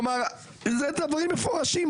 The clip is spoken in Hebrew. אלה דברים מפורשים,